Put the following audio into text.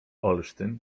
olsztyn